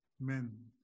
men